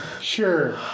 Sure